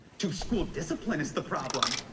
to school discipline is the problem,